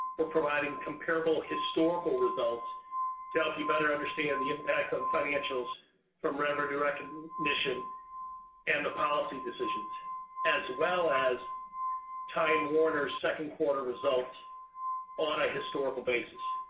we're providing comparable historical results to help you better understand the impact on financials from revenue recognition and the policy decisions as well as time warner's second quarter results on a historical basis.